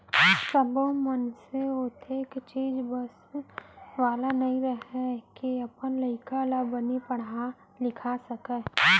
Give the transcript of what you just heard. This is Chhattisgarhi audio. सब्बो मनसे ओतेख चीज बस वाला नइ रहय के अपन लइका ल बने पड़हा लिखा सकय